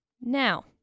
Now